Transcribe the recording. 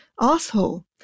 asshole